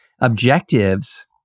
objectives